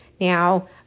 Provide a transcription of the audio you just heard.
Now